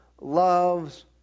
loves